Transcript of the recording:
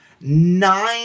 nine